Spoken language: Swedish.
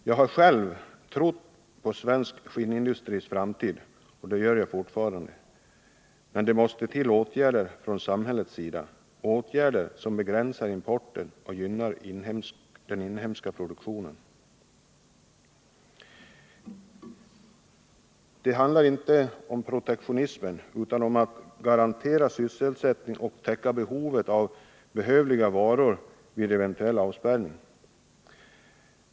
Jag har själv trott på svensk skinnindustris framtid — och det gör jag fortfarande. Men det måste till åtgärder från samhället för att begränsa importen och gynna den inhemska produktionen. Det handlar inte om protektionism, utan om att garantera sysselsättning och täcka behovet av de varor som behövs vid en eventuell avspärrning.